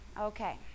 Okay